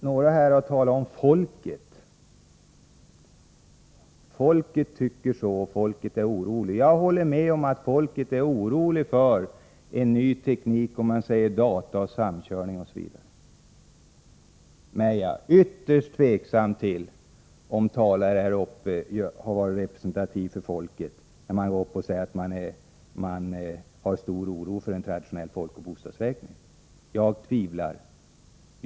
Några har här talat om folket — folket tycker si och så, folket är oroligt. Jag håller med om att folket är oroligt för en ny teknik, om man säger data och samkörning osv., men jag är ytterst tveksam till om de talare har varit representativa för folket som säger att man känner stor oro för en traditionell folkoch bostadsräkning. Jag tvivlar.